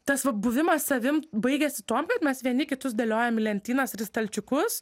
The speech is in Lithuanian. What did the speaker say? tas va buvimas savim baigiasi tuom kad mes vieni kitus dėliojam į lentynas ir stalčiukus